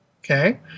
okay